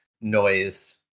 noise